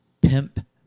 Pimp